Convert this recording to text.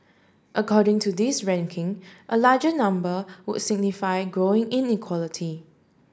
according to this ranking a larger number would signify growing inequality